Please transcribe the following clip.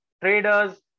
traders